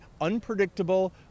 unpredictable